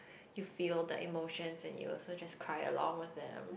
you feel that emotions and you also just cry along with them